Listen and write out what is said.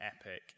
epic